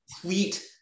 complete